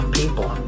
people